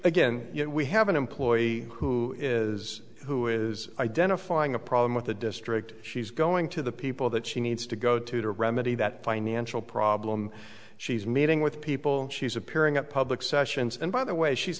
again we have an employee who is who is identifying a problem with the district she's going to the people that she needs to go to to remedy that financial problem she's meeting with people and she's appearing at public sessions and by the way she's